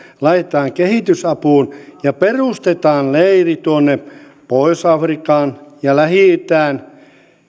laitetaan kehitysapuun ja perustetaan leiri tuonne pohjois afrikkaan ja lähi itään